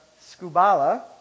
scubala